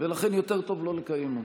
ולכן יותר טוב לא לקיים אותה.